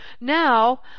now